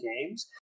games